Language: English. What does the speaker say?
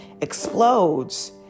explodes